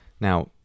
Now